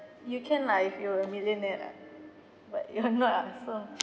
you can lah if you are a millionaire lah but you're not ah so